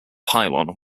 pylon